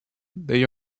they